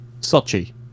Sochi